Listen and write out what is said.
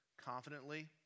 confidently